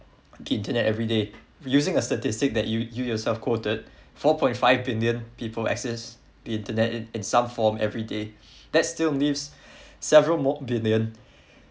the internet everyday using a statistic that you yourself quoted four point five billion people accessed the internet in in some form everyday that still leaves several more billion